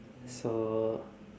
so